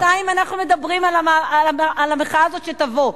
שנתיים אנחנו מדברים על המחאה הזאת שתבוא.